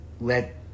let